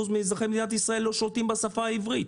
מאזרחי מדינת ישראל לא שולטים בשפה העברית?